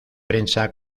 prensa